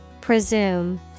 Presume